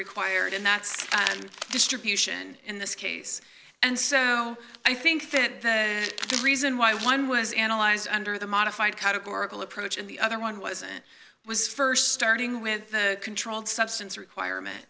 required and that's distribution in this case and so i think that the reason why one was analyzed under the modified categorical approach and the other one was it was st starting with the controlled substance requirement